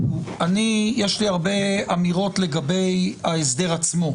יש לי הרבה אמירות לגבי ההסדר עצמו.